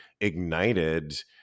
ignited